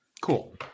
Cool